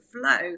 flow